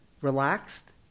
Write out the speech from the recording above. relaxed